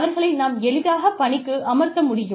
அவர்களை நாம் எளிதாக பணிக்கு அமர்த்த முடியும்